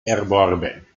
erworben